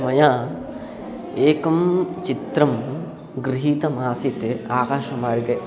मया एकं चित्रं गृहीतमासीत् आकाशमार्गे